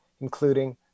including